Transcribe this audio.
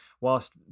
whilst